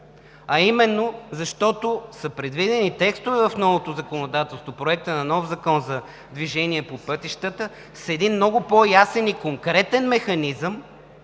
защото са предвидени текстове в новото законодателство – Проекта на нов закон за движение по пътищата, с един много по-ясен и конкретен механизъм